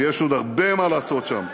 ויש עוד הרבה מה לעשות שם,